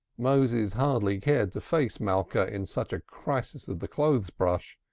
moses hardly cared to face malka in such a crisis of the clothes-brush.